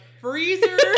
freezer